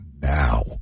now